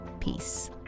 Peace